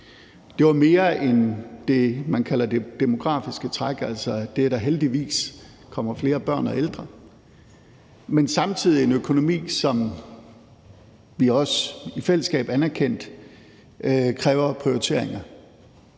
Det var mere end det, man kalder det demografiske træk, altså det, at der heldigvis kommer flere børn og ældre. Men det er samtidig en økonomi, som vi også i fællesskab anerkendte kræver prioriteringer.